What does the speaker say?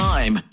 Time